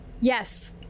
Yes